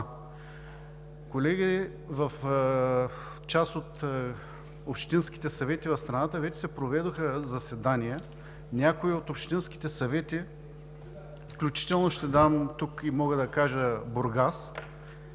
Колеги, в част от общинските съвет в страната вече се проведоха заседания. Някои от общинските съвет, включително мога да кажа за Бургас,